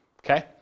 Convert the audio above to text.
Okay